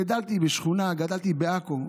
גדלתי בשכונה בעכו,